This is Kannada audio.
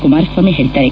ಕುಮಾರಸ್ವಾಮಿ ಹೇಳಿದ್ದಾರೆ